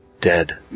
Dead